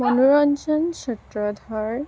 মনোৰঞ্জন ছুত্ৰধাৰ